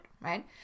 right